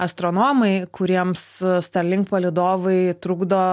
astronomai kuriems starlink palydovai trukdo